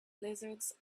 lizards